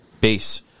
base